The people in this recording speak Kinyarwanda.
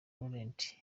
laurent